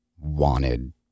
wanted